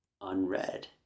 unread